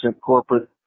corporate